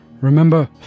Remember